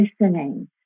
listening